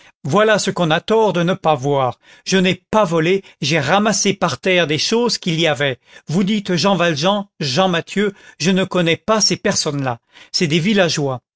voilà ce qu'on a tort de ne pas voir je n'ai pas volé j'ai ramassé par terre des choses qu'il y avait vous dites jean valjean jean mathieu je ne connais pas ces personnes-là c'est des villageois